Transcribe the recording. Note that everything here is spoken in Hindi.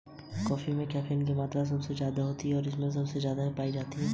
औजारों और उपकरणों का सही तरीके से उपयोग क्यों किया जाना चाहिए?